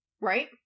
right